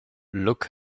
look